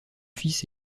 fils